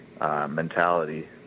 mentality